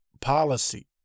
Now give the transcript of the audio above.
policy